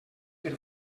per